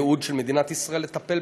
ייעוד של מדינת ישראל לטפל